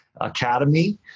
Academy